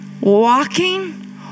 Walking